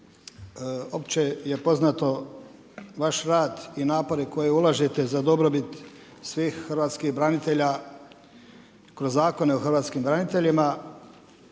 opće je poznato vaš rad i napori koje ulažete za dobrobit svih hrvatskih branitelja kroz zakone o hrvatskim braniteljima,